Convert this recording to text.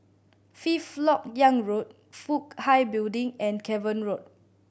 Fifth Lok Yang Road Fook Hai Building and Cavan Road